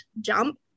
jump